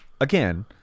again